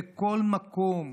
בכל מקום,